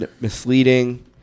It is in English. misleading